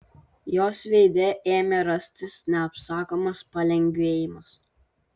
jos veide ėmė rastis neapsakomas palengvėjimas